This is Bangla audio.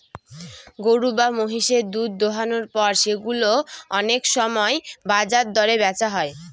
গরু বা মহিষের দুধ দোহানোর পর সেগুলো অনেক সময় বাজার দরে বেচা হয়